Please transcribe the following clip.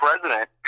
president